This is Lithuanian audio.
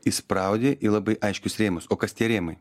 įspraudi į labai aiškius rėmus o kas tie rėmai